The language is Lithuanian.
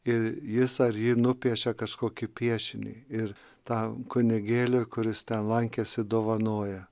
ir jis ar ji nupiešia kažkokį piešinį ir tą kunigėlį kuris ten lankėsi dovanoja